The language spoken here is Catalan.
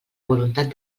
voluntat